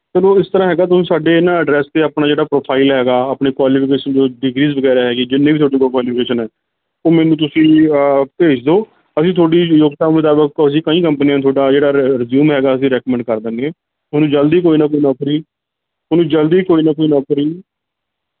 ਚਲੋ ਇਸ ਤਰਾਂ ਹੈਗਾ ਤੁਸੀ ਸਾਡੇ ਨਾ ਐਡਰੈੱਸ 'ਤੇ ਆਪਣਾ ਜਿਹੜਾ ਪ੍ਰੋਫਾਈਲ ਹੈਗਾ ਆਪਣੀ ਕੁਆਲੀਫੀਕੇਸ਼ਨ ਜੋ ਡਿਗਰੀਸ ਵਗੈਰਾ ਹੈਗੀ ਜਿੰਨੀ ਵੀ ਤੁਹਾਡੇ ਕੋਲ ਕੁਆਲੀਫੀਕੇਸ਼ਨ ਹੈ ਉਹ ਮੈਨੂੰ ਤੁਸੀਂ ਭੇਜ ਦਿਓ ਅਸੀਂ ਤੁਹਾਡੀ ਯੋਗਤਾ ਮੁਤਾਬਕ ਅਸੀਂ ਕਈ ਕੰਪਨੀਆਂ 'ਚ ਤੁਹਾਡਾ ਜਿਹੜਾ ਰਿਜ਼ਿਊਮ ਹੈਗਾ ਅਸੀਂ ਰੈਕਮੈਂਡ ਕਰ ਦਵਾਂਗੇ ਤੁਹਾਨੂੰ ਜਲਦੀ ਕੋਈ ਨਾ ਕੋਈ ਨੌਕਰੀ ਤੁਹਾਨੂੰ ਜਲਦੀ ਕੋਈ ਨਾ ਕੋਈ ਨੌਕਰੀ